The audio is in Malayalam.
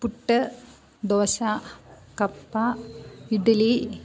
പുട്ട് ദോശ കപ്പ ഇഡ്ലി